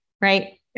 Right